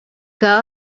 que